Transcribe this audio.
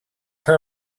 her